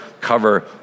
cover